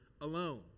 alone